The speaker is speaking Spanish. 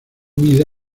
mide